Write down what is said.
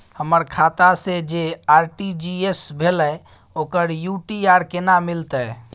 हमर खाता से जे आर.टी.जी एस भेलै ओकर यू.टी.आर केना मिलतै?